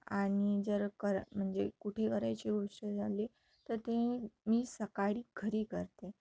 आणि जर कर म्हणजे कुठे करायची गोष्ट झाली तर ते मी सकाळी घरी करते